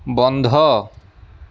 বন্ধ